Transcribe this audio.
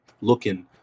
looking